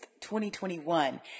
2021